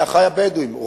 אחי הבדואים,